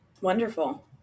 Wonderful